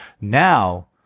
Now